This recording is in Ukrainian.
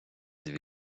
дві